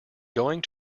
going